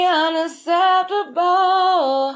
unacceptable